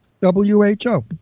W-H-O